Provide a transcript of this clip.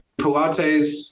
Pilates